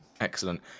Excellent